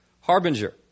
harbinger